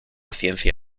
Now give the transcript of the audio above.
ciencia